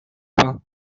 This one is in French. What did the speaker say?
vingt